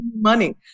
money